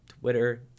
Twitter